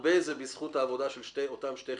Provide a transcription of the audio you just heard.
הרבה זה בזכות העבודה של אותן שתי חברות.